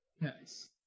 nice